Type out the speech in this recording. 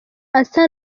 asa